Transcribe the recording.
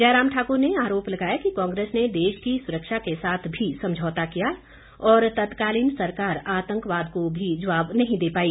जयराम ठाकुर ने आरोप लगाया कि कांग्रेस ने देश की सुरक्षा के साथ भी समझौता किया और तत्कालीन सरकार आतंकवाद को भी जवाब नहीं दे पाई